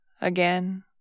again